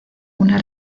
una